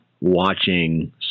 watching